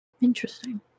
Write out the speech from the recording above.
Interesting